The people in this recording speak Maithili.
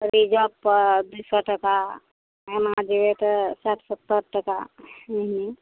रिजर्वपर दुइ सओ टका एना जएबै तऽ साठि सत्तरि टका हुँ